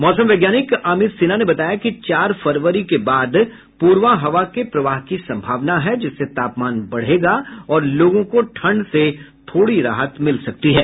मौसम वैज्ञानिक अमित सिन्हा ने बताया कि चार फरवरी के बाद पुरबा हवा के प्रवाह की संभावना है जिससे तापमान बढ़ेगा और लोगों को ठंड से थोड़ी राहत मिल सकती है